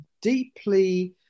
deeply